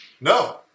No